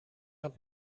hat